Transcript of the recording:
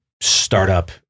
startup